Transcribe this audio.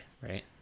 right